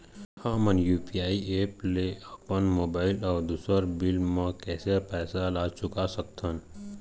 हमन UPI app ले अपन मोबाइल अऊ दूसर बिल मन के पैसा ला चुका सकथन